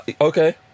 okay